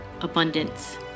abundance